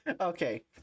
Okay